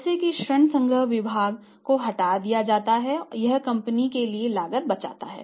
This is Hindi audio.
जैसा कि ऋण संग्रह विभाग को हटा दिया जाता है यह कंपनी के लिए लागत बचाता है